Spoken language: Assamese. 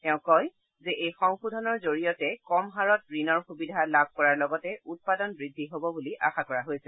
তেওঁ কয় যে এই সংশোধনৰ জৰিয়তে কম হাৰত ঋণৰ সুবিধা লাভ কৰাৰ লগতে উৎপাদন বৃদ্ধি হ'ব বুলি আশা কৰা হৈছে